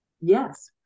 Yes